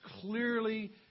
clearly